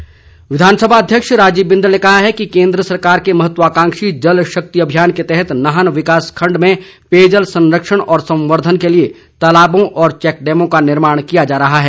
बिंदल विधानसभा अध्यक्ष राजीव बिंदल ने कहा है कि केन्द्र सरकार के महत्वाकांक्षी जल शक्ति अभियान के तहत नाहन विकास खंड में पेयजल संरक्षण और संवर्धन के लिए तालाबों व चैकडैमों का निर्माण किया जा रहा है